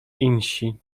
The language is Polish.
insi